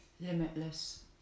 limitless